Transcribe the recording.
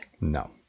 No